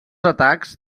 atacs